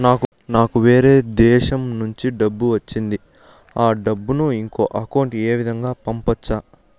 నాకు వేరే దేశము నుంచి డబ్బు వచ్చింది ఆ డబ్బును ఇంకొక అకౌంట్ ఏ విధంగా గ పంపొచ్చా?